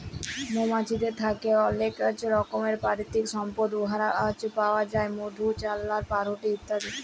মমাছিদের থ্যাকে অলেক রকমের পাকিতিক সম্পদ পাউয়া যায় মধু, চাল্লাহ, পাউরুটি ইত্যাদি